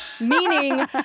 Meaning